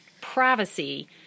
privacy